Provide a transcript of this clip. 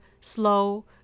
slow